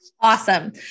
Awesome